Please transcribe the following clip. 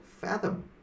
Fathom